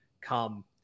come